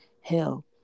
Hell